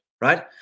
right